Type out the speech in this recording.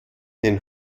den